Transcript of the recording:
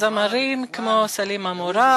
זמרים כמו סלימה מוראד,